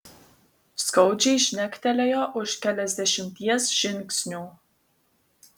skaudžiai žnektelėjo už keliasdešimties žingsnių